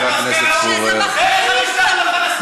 נהנה לעמוד פה ולהשתמש בפלטפורמה של הכנסת כדי לפגוע,